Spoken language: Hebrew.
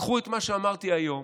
קחו את מה שאמרתי היום,